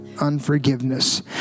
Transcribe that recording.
unforgiveness